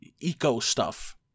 eco-stuff